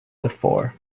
before